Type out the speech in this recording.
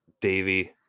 Davy